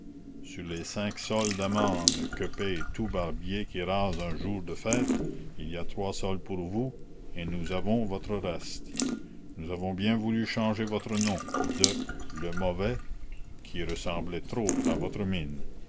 sur les cinq sols d'amende que paie tout barbier qui rase un jour de fête il y a trois sols pour vous et nous avons votre reste nous avons bien voulu changer votre nom de le mauvais qui ressemblait trop à votre mine